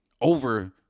over